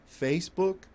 Facebook